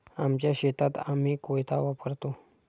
आमच्या शेतात आम्ही कोयता वापरतो